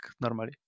normally